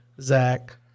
Zach